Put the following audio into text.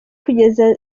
kugeza